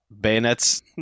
bayonets